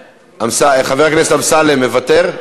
אמסלם, מוותר?